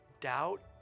doubt